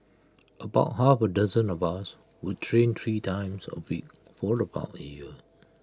about half A dozen of us would train three times A week for about A year